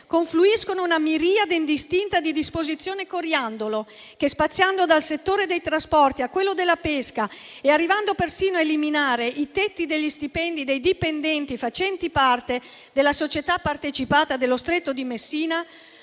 confluiscono una miriade indistinta di disposizioni coriandolo, che, spaziando dal settore dei trasporti a quello della pesca ed arrivando persino a eliminare i tetti degli stipendi dei dipendenti facenti parte della società partecipata dello Stretto di Messina,